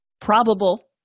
probable